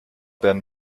pean